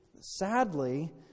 sadly